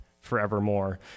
forevermore